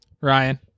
Ryan